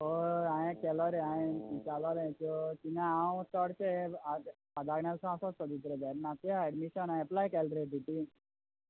हय हय हांवें केलो रे हांवें विचारलोलें सो ना हांव चोडशें फादर आग्नेल सो आसा रे वेर्णा एडमिशना हावें एपलाय केलां रे